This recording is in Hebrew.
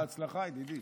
בהצלחה, ידידי.